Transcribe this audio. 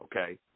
okay